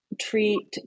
treat